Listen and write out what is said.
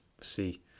see